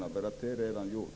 Det är nämligen redan gjort.